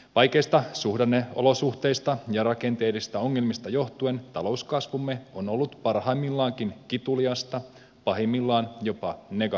vaikeista suhdanneolosuhteista ja rakenteellisista ongelmista johtuen talouskasvumme on ollut parhaimmillaankin kituliasta pahimmillaan jopa negatiivista